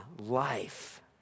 life